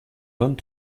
vingt